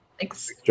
Thanks